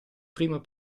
primo